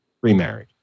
remarried